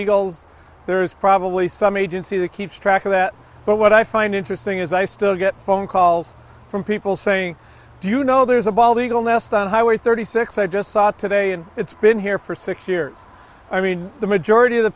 eagles there's probably some agency that keeps track of that but what i find interesting is i still get phone calls from people saying do you know there's a bald eagle nest on highway thirty six i just saw today and it's been here for six years i mean the majority of the